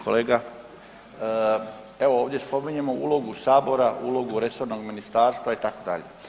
Kolega, evo ovdje spominjemo ulogu sabora, ulogu resornog ministarstva itd.